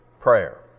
prayer